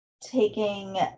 taking